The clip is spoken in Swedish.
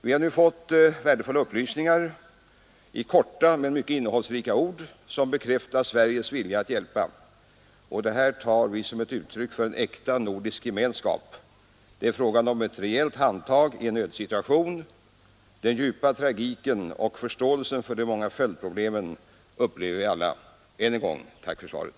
Vi har nu fått värdefulla upplysningar i korta men mycket innehållsrika ord som bekräftar Sveriges vilja att hjälpa. Det här tar vi som ett uttryck för en äkta nordisk gemenskap. Det är fråga om ett rejält handtag i en nödsituation. Den djupa tragiken och förståelsen för de många följdproblemen upplever vi alla. Än en gång tack för svaret.